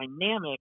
dynamic